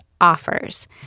offers